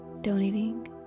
donating